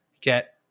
get